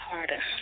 Harder